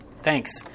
Thanks